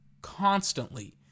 constantly